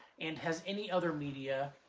and has any other media,